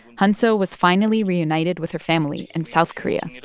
hyeonseo was finally reunited with her family in south korea.